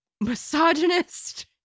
misogynist